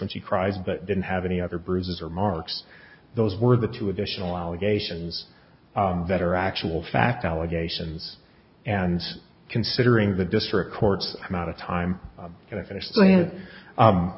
when she cries but didn't have any other bruises or marks those were the two additional allegations that are actual fact allegations and considering the district court's amount of time